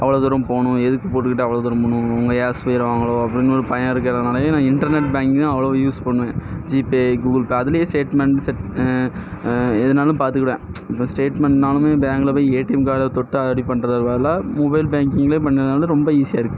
அவ்வளோ தூரம் போகணும் எதுக்கு போட்டுக்கிட்டு அவ்வளோ தூரம் போகணும் அவங்க ஏசிடுவாங்களோ அப்படின்னு ஒரு பயம் இருக்கிறதுனாலயே நான் இன்டர்நெட் பேங்கிங்கு அவ்வளோ யூஸ் பண்ணுவேன் ஜிபே கூகுள் பே அதிலயே ஸ்டேட்மெண்ட் எதுனாலும் பார்த்துக்குடுவேன் இப்ப ஸ்டேட்மெண்ட்னாலுமே பேங்க்கில் போய் ஏடிஎம் கார்டை தொட்டால் அப்படி பண்ணுறது பதிலாக மொபைல் பேங்கிங்லயே பண்ணுறதுனால ரொம்ப ஈஸியாக இருக்குது